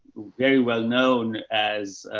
very well known as,